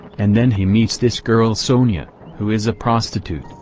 and then he meets this girl sonya, who is a prostitute,